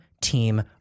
Team